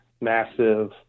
massive